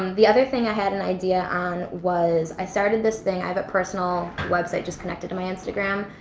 um the other thing i had an idea on was i started this thing. i have a personal website just connected to my instagram,